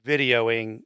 videoing